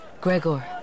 Gregor